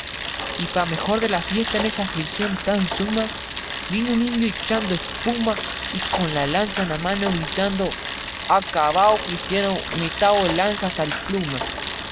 y pa mejor de la fiesta en esa aflición tan suma vino un indio echando espuma y con la lanza en la mano gritando acabáu cristiano metau el lanza hasta el pluma